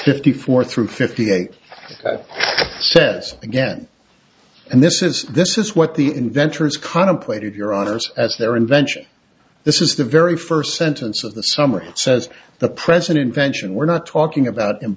fifty four through fifty eight says again and this is this is what the inventors contemplated your honour's as their invention this is the very first sentence of the summary says the president vention we're not talking about